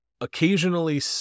Occasionally